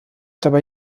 dabei